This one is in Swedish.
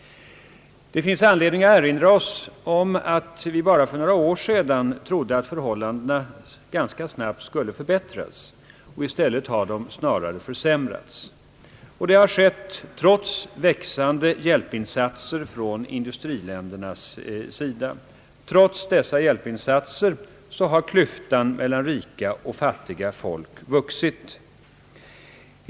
Det finns anledning erinra om att vi bara för några år sedan trodde att förhållandena ganska snabbt skulle förbättras. I stället har de snarare försämrats. Trots växande hjälpinsatser från industriländernas sida vidgas klyftan mellan rika och fattiga folk.